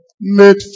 made